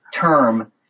term